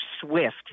SWIFT